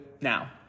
now